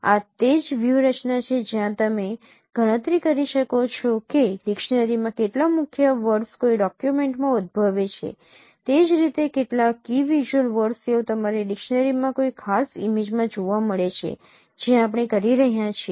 આ તે જ વ્યૂહરચના છે જ્યાં તમે ગણતરી કરો છો કે ડિક્શનરીમાં કેટલા મુખ્ય વર્ડસ કોઈ ડોકયુમેન્ટમાં ઉદ્ભવે છે તે જ રીતે કેટલા કી વિઝ્યુઅલ વર્ડસ તેઓ તમારા ડિક્શનરીમાં કોઈ ખાસ ઇમેજમાં જોવા મળે છે જે આપણે કરી રહ્યા છીએ